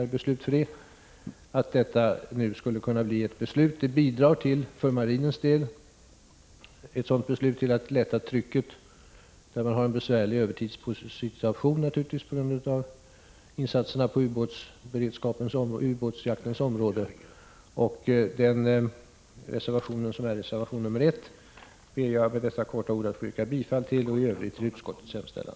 Ett beslut i enlighet med förslaget skulle för marinens del kunna bidra till att lätta trycket på den befintliga personalen, eftersom man naturligtvis har en besvärlig övertidssituation på grund av insatserna på ubåtsjaktens område. Jag ber att med dessa ord få yrka bifall till reservation 1 och i övrigt till utskottets hemställan.